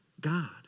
God